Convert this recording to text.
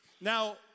Now